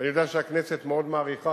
ואני יודע שהכנסת מאוד מעריכה,